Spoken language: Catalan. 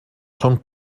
són